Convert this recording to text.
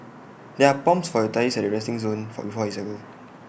there are pumps for your tyres at the resting zone before you cycle